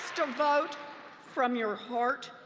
so vote from your heart.